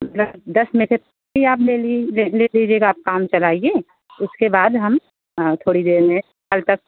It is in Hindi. दस दस में से आप ली लीजि ले लीजिएगा आप काम चलाइए उसके बाद हम हाँ थोड़ी देर में कल तक